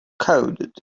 coded